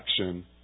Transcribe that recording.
action